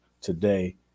today